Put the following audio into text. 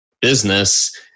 business